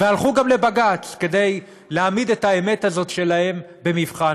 והלכו גם לבג"ץ כדי להעמיד את האמת הזאת שלהם במבחן,